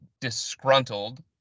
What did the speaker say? disgruntled